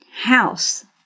house